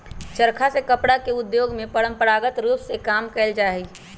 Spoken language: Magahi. चरखा से कपड़ा उद्योग में परंपरागत रूप में काम कएल जाइ छै